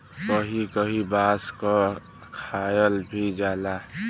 कहीं कहीं बांस क खायल भी जाला